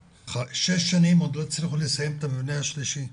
שש שנים, עוד לא הצליחו לסיים את המבנה השלישי.